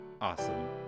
awesome